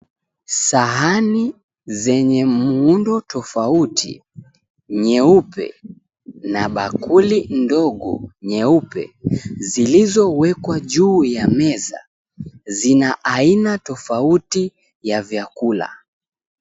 Sahani zenye muundo tofauti, nyeupe na bakuli ndogo nyeupe zilizowekwa juu ya meza zina aina tofauti ya vyakula.